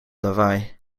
lawaai